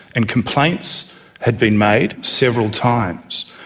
and complaints had been made several times,